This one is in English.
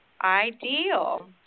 ideal